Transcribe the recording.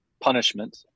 punishment